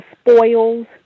spoils